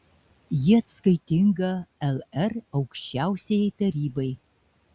ji atskaitinga lr aukščiausiajai tarybai